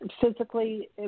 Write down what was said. physically